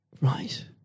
Right